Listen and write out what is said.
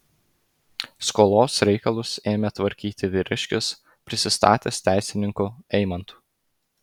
skolos reikalus ėmė tvarkyti vyriškis prisistatęs teisininku eimantu